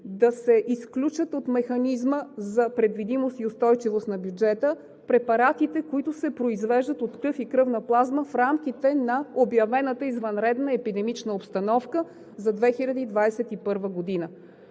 да се изключат от механизма за предвидимост и устойчивост на бюджета препаратите, които се произвеждат от кръв и кръвна плазма в рамките на обявената извънредна епидемична обстановка за 2021 г.